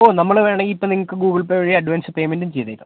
ഓ നമ്മൾ വേണമെങ്കിൽ ഇപ്പം നിങ്ങൾക്ക് ഗൂഗിൾ പേ വഴി അഡ്വാൻസ് പേയ്മെന്റും ചെയ്തേക്കാം